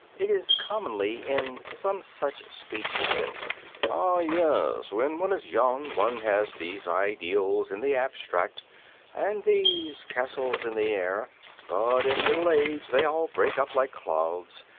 it is commonly in some such speech as this ah, yes, when one is young, one has these ideals in the abstract and these castles in the air but in middle age they all break up like clouds,